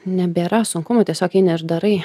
nebėra sunkumų tiesiog eini ir darai